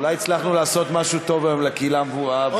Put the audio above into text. אולי הצלחנו לעשות משהו טוב היום לקהילה הוותיקה.